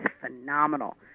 phenomenal